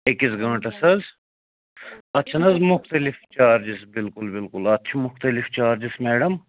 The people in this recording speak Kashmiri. أکِس گٲنٛٹس حظ اَتھ چھِنہٕ حظ مُختلِف چارجِس بِلکُل بِلکُل اَتھ چھِ مُختلِف چارجِس میڈم